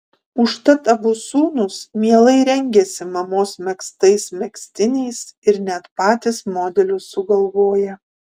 užtat abu sūnūs mielai rengiasi mamos megztais megztiniais ir net patys modelius sugalvoja